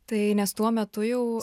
tai nes tuo metu jau